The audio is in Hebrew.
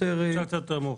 אפשר קצת יותר מאוחר.